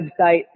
website